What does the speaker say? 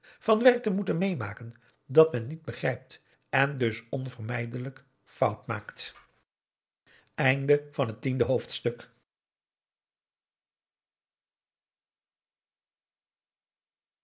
van werk te moeten meemaken dat men niet begrijpt en dus onvermijdelijk fout maakt p a